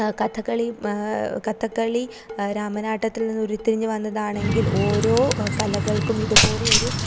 കഥകളി കഥകളി രാമനാട്ടത്തിൽ നിന്ന് ഉരുത്തിരിഞ്ഞു വന്നതാണെങ്കിൽ ഓരോ കലകൾക്കും ഇതുപോലെയൊരു